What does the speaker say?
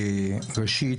ראשית,